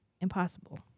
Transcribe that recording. impossible